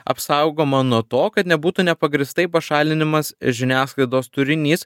apsaugoma nuo to kad nebūtų nepagrįstai pašalinimas iš žiniasklaidos turinys